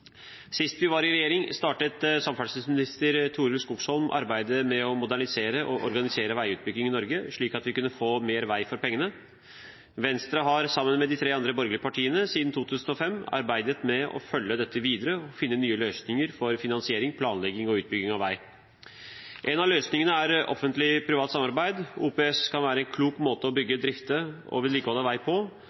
Sist vi var i regjering, startet samferdselsminister Torild Skogsholm arbeidet med å modernisere og organisere veiutbygging i Norge, slik at vi kunne få mer vei for pengene. Venstre har, sammen med de tre andre borgerlige partiene, siden 2005 arbeidet med å følge dette videre og finne nye løsninger for finansiering, planlegging og utbygging av vei. Én av løsningene er offentlig–privat samarbeid. OPS kan være en klok måte å bygge, drifte og vedlikeholde vei på.